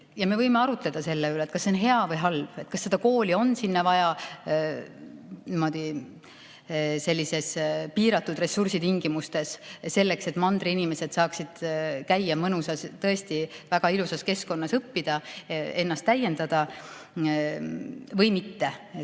Me võime arutleda selle üle, kas see on hea või halb, kas seda kooli on sinna vaja sellise piiratud ressursi tingimustes selleks, et mandriinimesed saaksid käia mõnusas, tõesti väga ilusas keskkonnas õppimas, ennast täiendamas, või mitte.